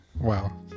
Wow